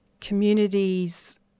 communities